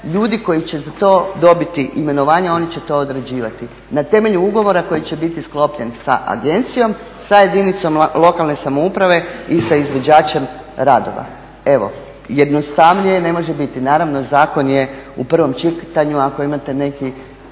ljudi koji će za to dobiti imenovanja oni će to odrađivati na temelju ugovora koji će biti sklopljen sa agencijom sa jedinice lokalne samouprave i sa izvođačem radova. Evo jednostavnije ne može biti. Naravno zakon je u prvom čitanju, ako imate neki